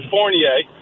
Fournier